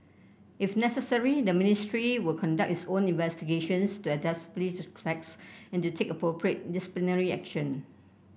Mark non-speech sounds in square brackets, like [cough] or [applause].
if necessary the Ministry will conduct its own investigations to [unintelligible] the facts and to take appropriate disciplinary action